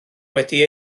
wedi